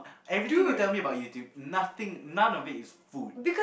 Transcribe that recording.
everything you tell me about YouTube nothing none of it is food